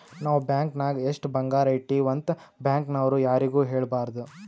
ನಾವ್ ಬ್ಯಾಂಕ್ ನಾಗ್ ಎಷ್ಟ ಬಂಗಾರ ಇಟ್ಟಿವಿ ಅಂತ್ ಬ್ಯಾಂಕ್ ನವ್ರು ಯಾರಿಗೂ ಹೇಳಬಾರ್ದು